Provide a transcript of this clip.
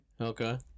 Okay